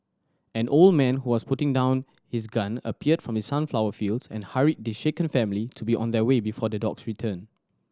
an old man who was putting down his gun appeared from the sunflower fields and hurried the shaken family to be on their way before the dogs return